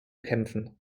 kämpfen